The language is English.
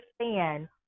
understand